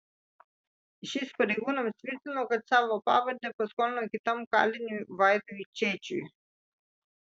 šis pareigūnams tvirtino kad savo pavardę paskolino kitam kaliniui vaidui čėčiui